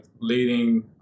leading